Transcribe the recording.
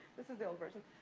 this is the old version.